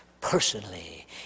personally